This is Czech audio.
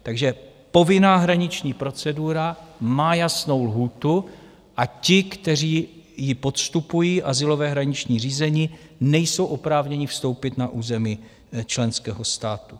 Takže povinná hraniční procedura má jasnou lhůtu a ti, kteří ji podstupují, azylové hraniční řízení, nejsou oprávněni vstoupit na území členského státu.